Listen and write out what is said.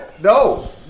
no